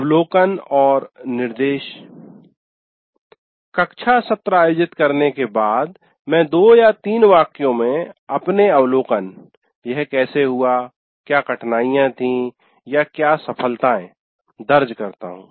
अवलोकन और निर्देश कक्षा सत्र आयोजित करने के बाद मैं 2 या 3 वाक्यों में अपने अवलोकन यह कैसे हुआ क्या कठिनाइयाँ थीं या क्या सफलताएँ दर्ज करता हूँ